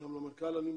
אני מודה גם למנכ"ל שבא.